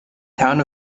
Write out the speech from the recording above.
town